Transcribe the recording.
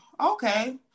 Okay